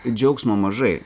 džiaugsmo mažai